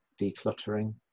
decluttering